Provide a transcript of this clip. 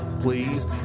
please